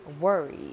worried